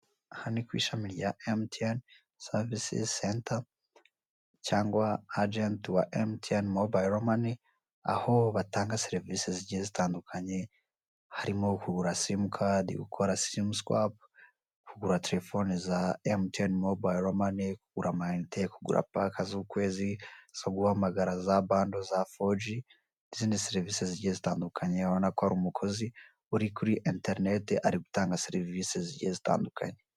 Aha ni ku ishami rya Emutiyeni savisi senta cyangwa ajenti wa Emutiyeni mobayiro mani, aho batanga serivisi zigiye zitandukanye, harimo kugura simukadi, gukora simu swapu, kugura telefoni za Emutiyeni mobayiro mani, kugura amayinite, kugura pake z'ukwezi zo guhamagara za bando za foji, n'izindi serivisi zigiye zitandukanye, urabona ko hari umukozi uri kuri interineti, ari gutanga serivisi zigiye zitandukanye.